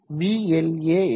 vla என்ன